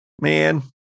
man